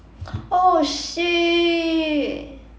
oh shit